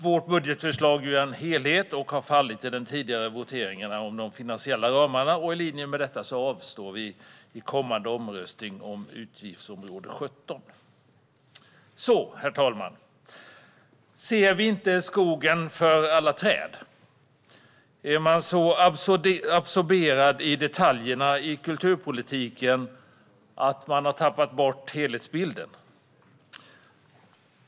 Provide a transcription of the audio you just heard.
Vårt budgetförslag är en helhet och har fallit i den tidigare voteringen om de finansiella ramarna. I linje med detta avstår vi i den kommande omröstningen om utgiftsområde 17. Herr talman! Ser vi inte skogen för alla träd? Är man så absorberad i detaljerna i kulturpolitiken att man har tappat bort helhetsbilden?